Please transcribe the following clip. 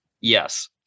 Yes